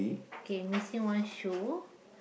K missing one shoe